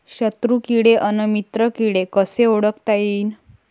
शत्रु किडे अन मित्र किडे कसे ओळखता येईन?